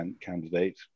candidate